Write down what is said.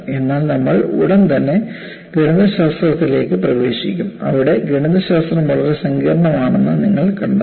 എന്നാൽ നമ്മൾ ഉടൻ തന്നെ ഗണിതശാസ്ത്രത്തിലേക്ക് പ്രവേശിക്കും അവിടെ ഗണിതശാസ്ത്രം വളരെ സങ്കീർണ്ണമാണെന്ന് നിങ്ങൾ കണ്ടെത്തും